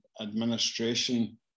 administration